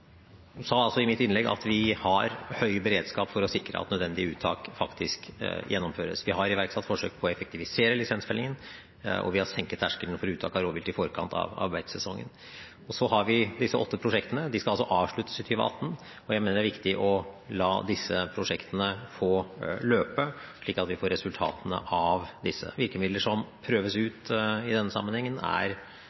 i mitt innlegg at vi har høy beredskap for å sikre at nødvendige uttak faktisk gjennomføres. Vi har iverksatt forsøk på å effektivisere lisensfellingen, og vi har senket terskelen for uttak av rovvilt i forkant av beitesesongen. Så har vi disse åtte prosjektene. De skal avsluttes i 2018, og jeg mener det er viktig å la disse prosjektene få løpe, slik at vi får resultatene av dem. Virkemidler som prøves